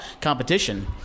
competition